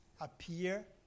appear